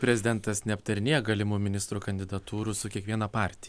prezidentas neaptarinėja galimų ministrų kandidatūrų su kiekviena parti